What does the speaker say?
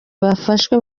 bafashwe